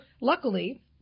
luckily